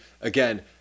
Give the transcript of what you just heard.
again